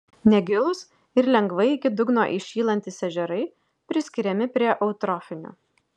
negilūs ir lengvai iki dugno įšylantys ežerai priskiriami prie eutrofinių